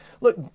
Look